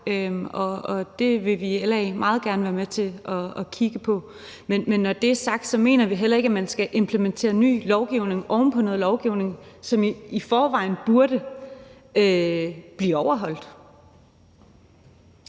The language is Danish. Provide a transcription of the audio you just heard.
det vil vi i LA meget gerne være med til at kigge på. Men når det er sagt, mener vi heller ikke, at man skal implementere ny lovgivning oven på noget lovgivning, som i forvejen burde blive overholdt.